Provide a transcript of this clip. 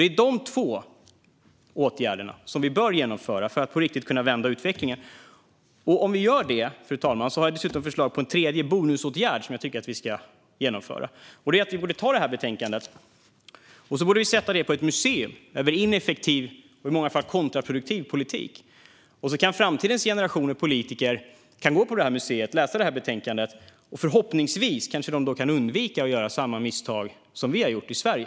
Det är de två åtgärder som vi bör vidta för att kunna vända utvecklingen på riktigt. Om vi gör det har jag dessutom förslag på en tredje åtgärd, fru talman, en bonusåtgärd som jag tycker att vi ska vidta. Vi borde ta det här betänkandet och sätta det på ett museum för ineffektiv och i många fall kontraproduktiv politik. Då kan framtidens generationer av politiker gå på museet, läsa betänkandet och förhoppningsvis undvika att göra samma misstag som vi har gjort i Sverige.